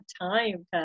time